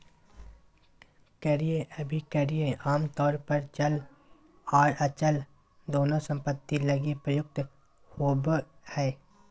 क्रय अभिक्रय आमतौर पर चल आर अचल दोनों सम्पत्ति लगी प्रयुक्त होबो हय